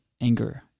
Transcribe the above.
anger